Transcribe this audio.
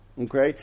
Okay